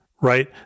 right